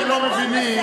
למה יצאו החוצה?